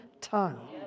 tongue